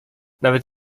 nawet